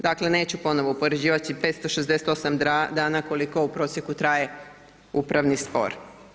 Dakle, neću ponovo upoređivati 568 dana koliko u prosjeku traje upravni spor.